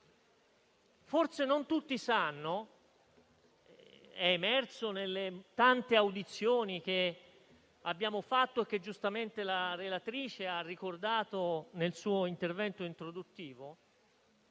alle nostre spalle. Nelle tante audizioni che abbiamo svolto, e che giustamente la relatrice ha ricordato nel suo intervento introduttivo,